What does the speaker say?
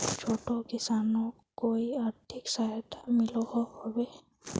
छोटो किसानोक कोई आर्थिक सहायता मिलोहो होबे?